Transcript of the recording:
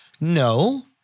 no